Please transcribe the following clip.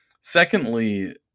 Secondly